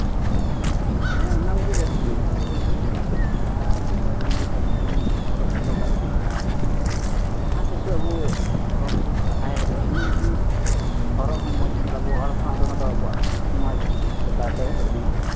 ᱦᱮᱸ ᱚᱱᱟ ᱠᱚᱜᱮ ᱡᱟᱹᱥᱛᱤ ᱫᱚ ᱟᱵᱚ ᱦᱚᱲ ᱦᱚᱱᱟᱜ ᱫᱚ ᱞᱩᱱᱜᱤ ᱯᱟᱹᱱᱪᱤ ᱜᱮ ᱦᱚᱨᱚᱜ ᱫᱚ ᱜᱟᱱᱚᱜᱼᱟ ᱟᱨ ᱡᱟᱦᱟᱸ ᱠᱤᱪᱷᱩ ᱟᱵᱚ ᱯᱚᱨᱚᱵᱽ ᱨᱮ ᱥᱚᱨᱦᱟᱭ ᱨᱮᱫᱚ ᱤᱱᱟᱹ ᱠᱚᱜᱮ ᱦᱚᱨᱚᱜ ᱦᱚᱸ ᱢᱚᱡᱽ ᱧᱮᱞᱟᱵᱚ ᱦᱚᱲ ᱦᱚᱱᱟᱜ ᱫᱚ ᱚᱱᱟ ᱫᱚ ᱥᱟᱢᱟᱡᱤᱠ ᱞᱮᱠᱟᱛᱮ ᱵᱚᱞᱮ ᱢᱮᱱᱟᱜᱼᱟ